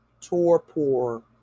torpor